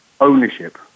ownership